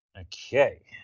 okay